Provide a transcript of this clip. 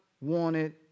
wanted